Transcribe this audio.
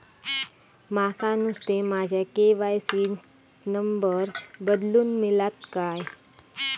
माका नुस्तो माझ्या के.वाय.सी त नंबर बदलून मिलात काय?